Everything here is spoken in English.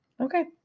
Okay